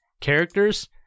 Characters